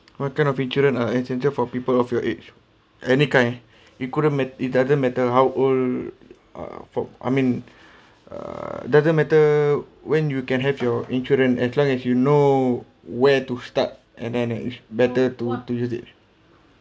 what kind of insurance are essential for people of your age any kind it couldn't mat~ it doesn't matter how old uh for I mean err doesn't matter when you can have your insurance as long as you know where to start and then it is better to to use it